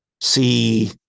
see